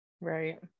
right